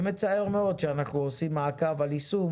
זה מצער מאוד שאנחנו עושים מעקב על יישום